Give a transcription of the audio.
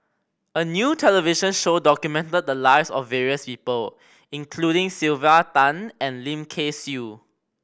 a new television show documented the lives of various people including Sylvia Tan and Lim Kay Siu